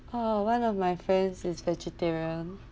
uh one of my friends is vegetarian